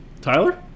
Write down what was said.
Tyler